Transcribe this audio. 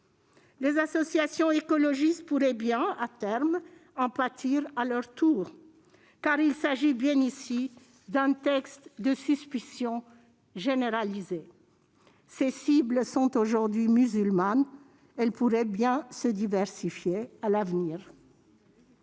Les associations écologistes pourraient bien, à terme, en pâtir à leur tour. Car il s'agit bien d'un texte de suspicion généralisée. Ses cibles sont aujourd'hui musulmanes. Elles pourraient bien se diversifier à l'avenir.